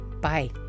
Bye